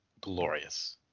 glorious